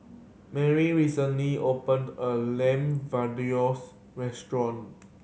Merry recently opened a Lamb restaurant